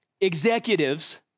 executives